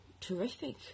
terrific